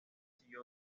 recibió